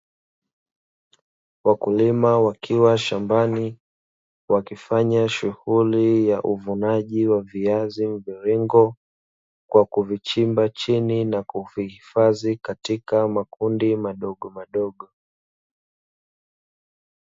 Wakulima wakiwa shambani wakifanya shughuli ya uvunaji wa viazi mviringo, kwa kuvichimba chini na kuvihifadhi katika makundi madogomadogo.